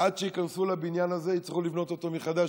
עד שייכנסו לבניין הזה יצטרכו לבנות אותו מחדש,